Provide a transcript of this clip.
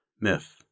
myth